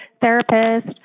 therapist